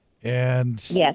Yes